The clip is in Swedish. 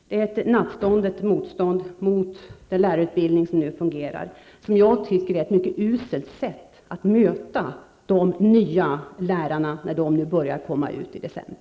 Det är ett nattståndet motstånd mot den lärarutbildning som nu fungerar, och jag tycker att det är ett mycket uselt sätt att möta de nya lärarna, när de nu börjar komma ut i december.